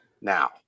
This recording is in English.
now